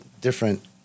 different